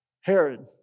Herod